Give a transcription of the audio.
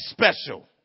special